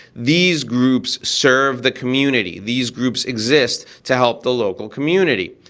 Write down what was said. these groups serve the community. these groups exist to help the local community.